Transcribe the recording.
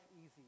easy